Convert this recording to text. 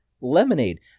lemonade